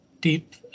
deep